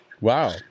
Wow